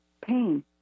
pain